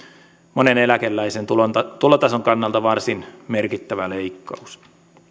monen eläkeläisen tulotason kannalta varsin merkittävä leikkaus